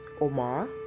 Omar